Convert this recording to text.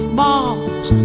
balls